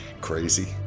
Crazy